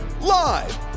Live